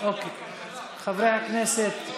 חברי הכנסת,